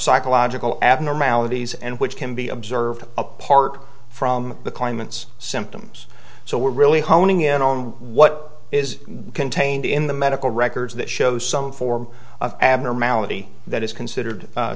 psychological abnormalities and which can be observed apart from the claimant's symptoms so we're really honing in on what is contained in the medical records that shows some form of abnormality that is considered